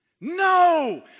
No